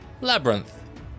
Labyrinth